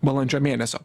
balandžio mėnesio